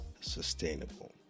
sustainable